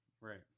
Right